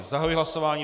Zahajuji hlasování.